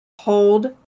Hold